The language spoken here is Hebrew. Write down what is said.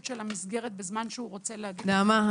של המסגרת בזמן שהוא רוצה --- נעמה,